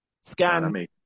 Scan